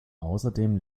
außerdem